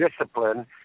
discipline